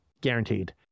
Guaranteed